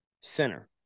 center